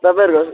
तपाईँहरूको